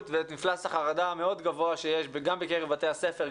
ואת מפלס החרדה המאוד גבוה שיש גם בקרב בתי הספר,